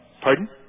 Pardon